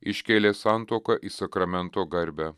iškėlė santuoką į sakramento garbę